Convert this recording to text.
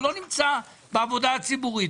הוא לא נמצא בעבודה הציבורית,